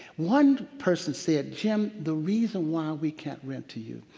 one person said, jim, the reason why we can't rent to you,